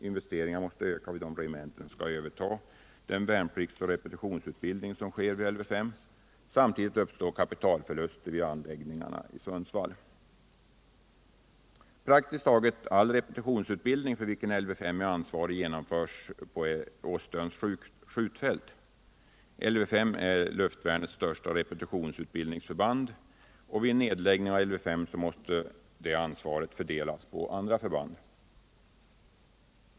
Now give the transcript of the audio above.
Investeringarna måste öka vid de regementen som skall överta den värnpliktsoch repetitionsutbildning som nu sker vid Lv 5. Samtidigt uppstår kapitalförluster i anläggningarna i Sundsvall. Praktiskt taget all repetitionsutbildning för vilken Lv 5 är ansvarigt genomförs på Åstöns skjutfält. Lv 5 är luftvärnets största repetitionsutbildningsförband. Vid en nedläggning av Lv 5 måste dess repetitionsutbildningsansvar fördelas på andra förband.